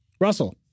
Russell